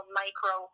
micro